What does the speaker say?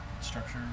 structure